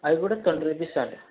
అవి కూడా twenty rupees అండి